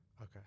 Okay